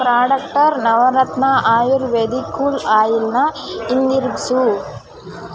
ಪ್ರಾಡಕ್ಟರ್ Navratna ayurvedic cool ಆಯಿಲನ್ನ ಹಿಂದಿರುಗ್ಸು